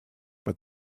but